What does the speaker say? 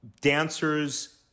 dancers